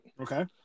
Okay